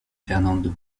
fernando